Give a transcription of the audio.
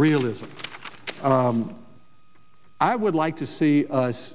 realism i would like to see us